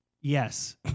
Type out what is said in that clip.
Yes